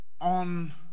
on